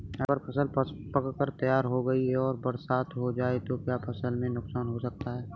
अगर फसल पक कर तैयार हो गई है और बरसात हो जाए तो क्या फसल को नुकसान हो सकता है?